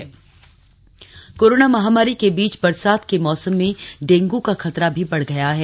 dengue जागरूकता corona महामारी के बीच बरसात के मौसम में डेंग् का खतरा भी बढ़ गया है